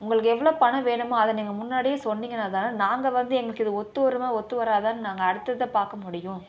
உங்களுக்கு எவ்வளோ பணம் வேணுமோ அதை நீங்கள் முன்னாடியே சொன்னீங்கனா தானே நாங்கள் வந்து எங்களுக்கு இது ஒத்து வருமா ஒத்து வராதான்னு நாங்கள் அடுத்ததை பார்க்க முடியும்